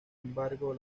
embargo